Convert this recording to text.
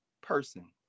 person